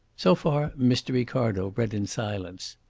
so far, mr. ricardo read in silence.